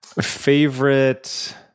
Favorite